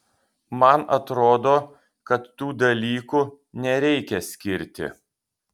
man atrodo kad tų dalykų nereikia skirti